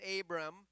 Abram